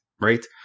right